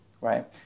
Right